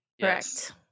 Correct